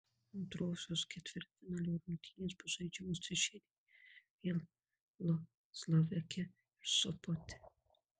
antrosios ketvirtfinalio rungtynės bus žaidžiamos trečiadienį vėl vloclaveke ir sopote